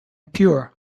pure